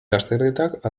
lasterketak